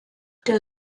der